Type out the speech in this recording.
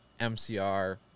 MCR